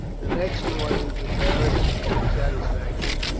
the next morning, to beric's satisfaction,